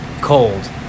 cold